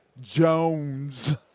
Jones